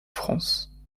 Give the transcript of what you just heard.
france